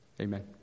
Amen